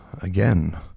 again